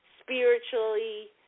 spiritually